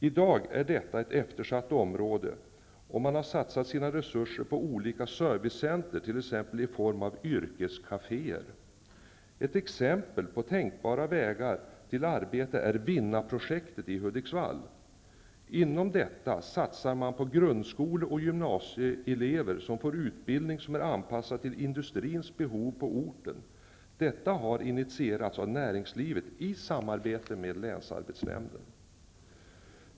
I dag är detta ett eftersatt område, och man har satsat sina resurser på olika servicecentrer, t.ex. i form av Ett exempel på tänkbara vägar till arbete är Vinnaprojektet i Hudiksvall. Inom detta satsar man på att grundskole och gymnasieelever får en utbildning som är anpassad till industrins behov på orten. Detta har initierats av näringslivet i samarbete med länsarbetsnämnden.